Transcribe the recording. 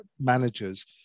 managers